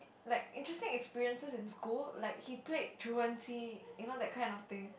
like interesting experiences in school like he played truancy you know that kind of thing